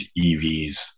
EVs